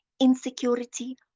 insecurity